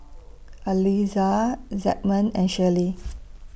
Eliza Zigmund and Shirley